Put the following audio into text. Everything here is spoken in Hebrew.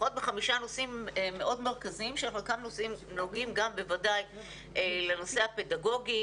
לפחות בחמישה נושאים מרכזיים מאוד שחלקם נוגעים בוודאי לנושא הפדגוגי.